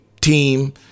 team